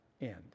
end